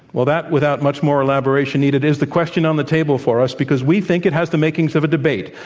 well, that, without much more elaboration needed, is the question on the table for us, because we think it has the makings of a debate.